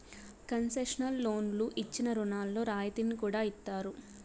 concessional లోన్లు ఇచ్చిన రుణాల్లో రాయితీని కూడా ఇత్తారు